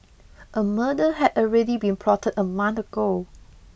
a murder had already been plotted a month ago